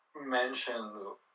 mentions